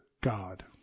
God